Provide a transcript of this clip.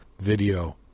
video